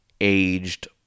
aged